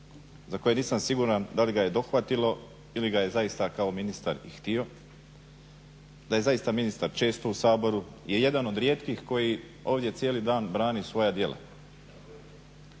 za koje nisam siguran da li ga je dohvatilo ili ga je zaista kao ministar i htio. Da je zaista ministar često u Saboru je jedan od rijetkih koji ovdje cijeli dan brani svoja djela,